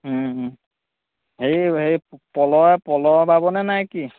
হেয়ি এই প'লই প'ল বাবনে নাই কি